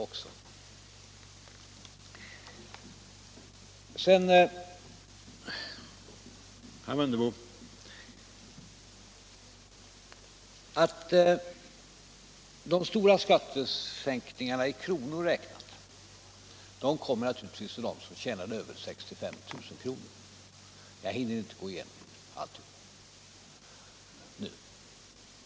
Sedan vill jag framhålla att de stora skattesänkningarna i kronor räknat naturligtvis kommer dem till del som tjänar över 65 000 kr. Det är ett faktum som jag inte nu hinner gå närmare in på.